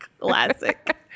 Classic